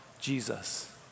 Jesus